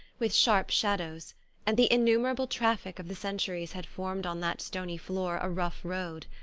with sharp shadows and the innumerable traffic of the centuries had formed on that stony floor a rough road.